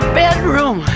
bedroom